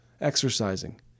exercising